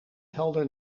helder